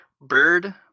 Bird